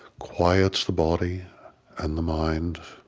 quiets the body and the mind.